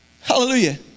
Hallelujah